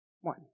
One